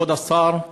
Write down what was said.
כבוד השר,